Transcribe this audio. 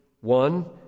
One